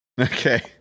Okay